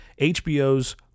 hbo's